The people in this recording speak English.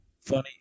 funny